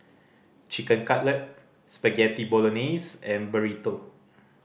Chicken Cutlet Spaghetti Bolognese and Burrito